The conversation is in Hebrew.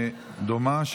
דומה,